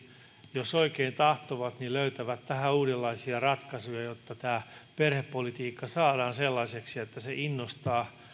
jos oikein tahtovat löytävät tähän uudenlaisia ratkaisuja jotta perhepolitiikka saadaan sellaiseksi että se innostaa